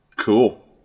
Cool